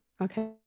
okay